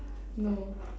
no